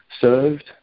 served